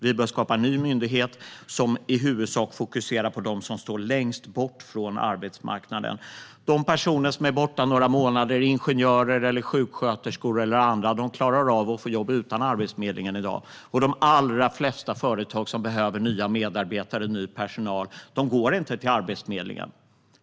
Vi bör skapa en ny myndighet som i huvudsak fokuserar på dem som står längst bort från arbetsmarknaden. De personer som är borta några månader - ingenjörer, sjuksköterskor eller andra - klarar i dag av att få jobb utan Arbetsförmedlingen. De allra flesta företag som behöver nya medarbetare, ny personal, går inte till Arbetsförmedlingen.